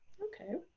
okay,